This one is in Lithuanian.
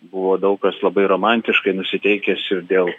buvo daug kas labai romantiškai nusiteikęs ir dėl